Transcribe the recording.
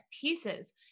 pieces